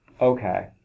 Okay